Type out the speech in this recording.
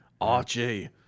Archie